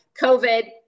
COVID